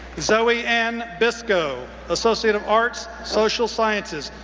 zoe ann bisco, associate of arts, social sciences,